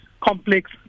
complex